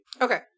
Okay